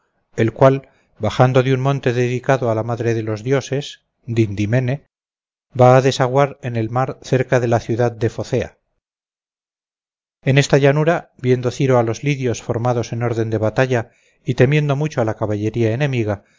el cual bajando de un monte dedicado a la madre de los dioses dindymene va a desaguar en el mar cerca de la ciudad de focea en esta llanura viendo ciro a los lidios formados en orden de batalla y temiendo mucho a la caballería enemiga